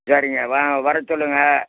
சரிங்க வாங்க வரச் சொல்லுங்கள்